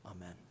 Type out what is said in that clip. Amen